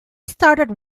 started